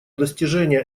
достижения